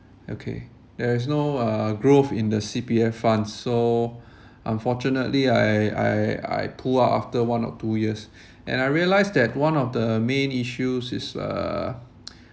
okay there is no uh growth in the C_P_F funds so unfortunately I I I pull out after one or two years and I realised that one of the main issues is uh